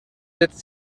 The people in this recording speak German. setzt